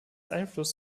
einfluss